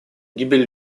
гибель